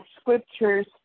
scriptures